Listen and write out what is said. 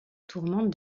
tourmente